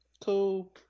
Cool